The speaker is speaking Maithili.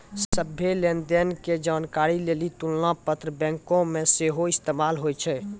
सभ्भे लेन देन के जानकारी लेली तुलना पत्र बैंको मे सेहो इस्तेमाल होय छै